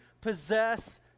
possess